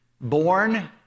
born